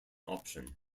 option